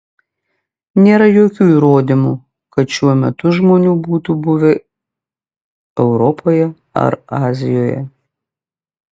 nėra jokių įrodymų kad šiuo metu žmonių būtų buvę europoje ar azijoje